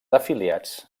afiliats